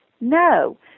No